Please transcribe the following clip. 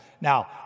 Now